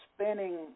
spinning